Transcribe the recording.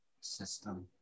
system